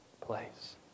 place